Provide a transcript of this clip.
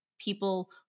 people